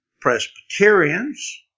Presbyterians